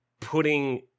putting